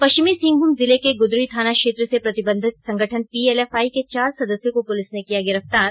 पश्चिमी सिंहमूम जिले के गुदड़ी थाना क्षेत्र से प्रतिबंधित संगठन पीएलएफआई के चार सदस्यों को पुलिस ने किया गिरफ्तार